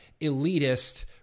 elitist